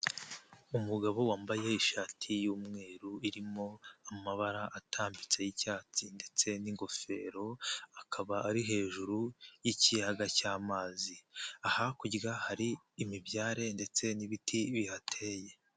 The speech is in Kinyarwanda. Umugabo wambaye ishati y'umweru irimo amabara atambitse y'icyatsi ndetse n'ingofero, akaba ari hejuru y'ikiyaga cy'amazi, hakurya hari imibyare ndetse n'ibiti bihateye.